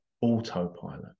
Autopilot